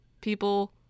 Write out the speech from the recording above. people